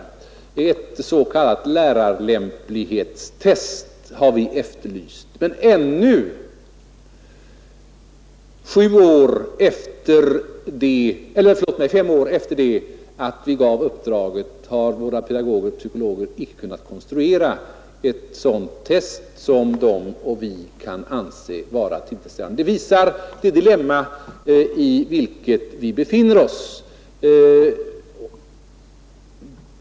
Vi har efterlyst ett s.k. lärarlämplighetstest. Men ännu fem år efter det att vi gav uppdraget har våra pedagoger och psykologer inte kunnat konstruera ett test som vi och de kan anse vara tillfredsställande. Detta är det dilemma i vilket vi befinner oss.